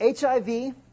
HIV